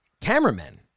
cameramen